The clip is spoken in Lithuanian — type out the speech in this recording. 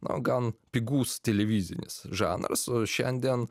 na gan pigus televizinis žanras o šiandien